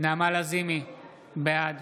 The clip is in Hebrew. בעד